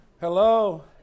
Hello